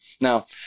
Now